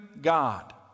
God